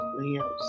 Leos